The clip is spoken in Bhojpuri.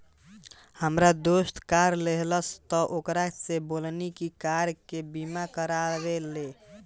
हामार दोस्त कार लेहलस त ओकरा से बोलनी की कार के बीमा करवा ले